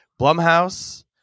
Blumhouse